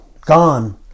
Gone